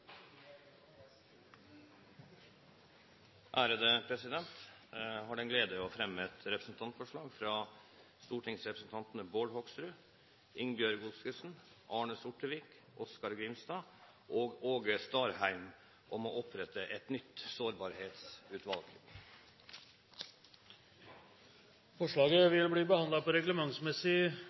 representantforslag. Jeg har den glede å fremme et representantforslag fra stortingsrepresentantene Bård Hoksrud, Ingebjørg Godskesen, Arne Sortevik, Oskar J. Grimstad, Åge Starheim og meg selv om å opprette et nytt sårbarhetsutvalg. Forslaget vil bli behandlet på reglementsmessig